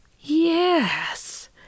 Yes